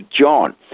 John